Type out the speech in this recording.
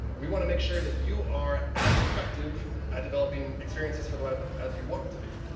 we want to make sure that you are as effective at developing experiences for the web as you want to be.